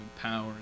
power